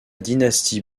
dynastie